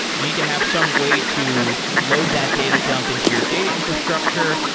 you need to have some way to load that data dump into your data infrastructure.